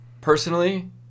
personally